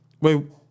Wait